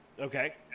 Okay